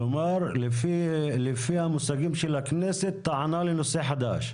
כלומר לפי המושגים של הכנסת טענה לנושא חדש.